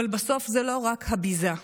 אבל בסוף זה לא רק הביזה,